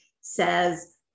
says